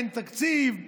אין תקציב,